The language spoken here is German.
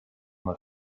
mal